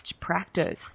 practice